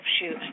shoot